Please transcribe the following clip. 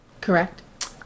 Correct